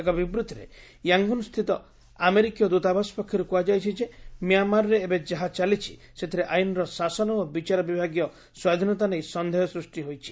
ଏକ ବିବୃତିରେ ୟାଙ୍ଗୁନ୍ସ୍ରିତ ଆମେରିକୀୟ ଦୂତାବାସ ପକ୍ଷରୁ କୁହାଯାଇଛି ଯେ ମ୍ୟାଁମାରରେ ଏବେ ଯାହା ଚାଲିଛି ସେଥିରେ ଆଇନର ଶାସନ ଓ ବିଚାର ବିଭାଗୀୟ ସ୍ୱାଧୀନତା ନେଇ ସନ୍ଦେହ ସୃଷ୍ଟି ହୋଇଛି